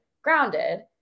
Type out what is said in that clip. Grounded